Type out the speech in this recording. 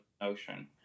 notion